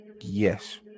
yes